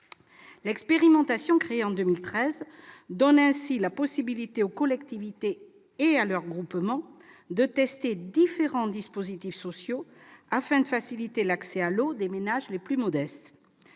L'expérimentation, créée en 2013, donne ainsi la possibilité aux collectivités et à leurs groupements de tester différents dispositifs sociaux, afin de faciliter l'accès à l'eau des ménages les plus modestes.